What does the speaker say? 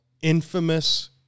infamous